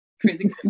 crazy